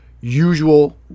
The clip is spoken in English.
Usual